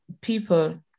people